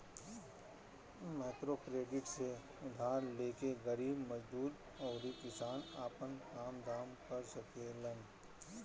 microcredit से उधार लेके गरीब मजदूर अउरी किसान आपन काम धाम कर सकेलन